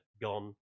gone